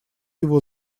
его